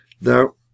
Now